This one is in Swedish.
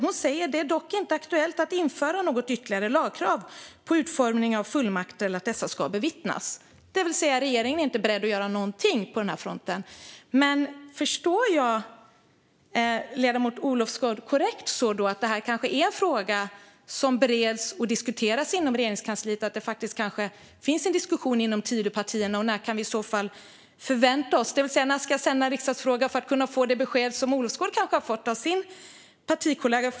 Hon sa att det inte är aktuellt att införa något ytterligare lagkrav på utformning av fullmakter eller att dessa ska bevittnas. Regeringen är alltså inte beredd att göra något på den här fronten. Förstår jag ledamoten Olofsgård korrekt? Detta kanske är fråga som bereds och diskuteras inom Regeringskansliet, och det kanske faktiskt finns en diskussion inom Tidöpartierna. När kan vi i så fall förvänta oss något, det vill säga när ska jag ställa en riksdagsfråga för att kunna få det besked som Olofsgård kanske har fått av sin partikollega?